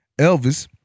Elvis